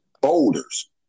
boulders